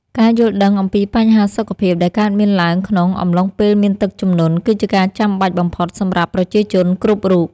ការយល់ដឹងអំពីបញ្ហាសុខភាពដែលកើតមានឡើងក្នុងអំឡុងពេលមានទឹកជំនន់គឺជាការចាំបាច់បំផុតសម្រាប់ប្រជាជនគ្រប់រូប។